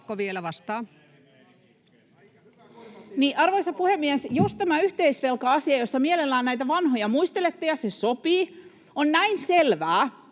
Content: Arvoisa puhemies! Jos tämä yhteisvelka-asia, jossa mielellään näitä vanhoja muistelette — ja se sopii — on näin selvää,